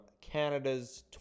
Canada's